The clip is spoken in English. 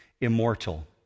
immortal